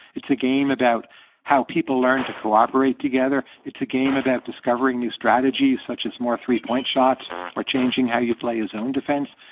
it's a game about how people learn to cooperate together. it's a game about discovering new strategies, such as more three-point shots or changing how you play his own defense.